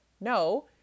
no